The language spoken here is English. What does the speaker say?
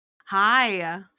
Hi